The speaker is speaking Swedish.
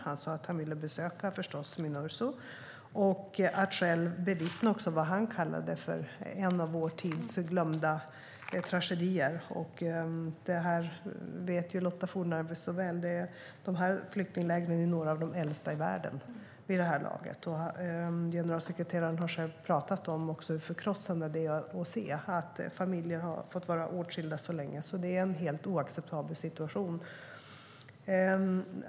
Han sa att han ville besöka Minurso, förstås, och själv bevittna vad han kallade en av vår tids glömda tragedier. Lotta Fornarve vet att de här flyktinglägren hör till de äldsta i världen vid det här laget. Generalsekreteraren har själv pratat om hur förkrossande det är att se att familjer har fått vara åtskilda så länge. Det är en helt oacceptabel situation.